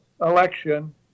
election